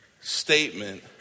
statement